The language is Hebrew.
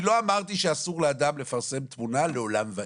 אני לא אמרתי שאסור לאדם לפרסם תמונה לעולם ועד.